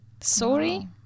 Sorry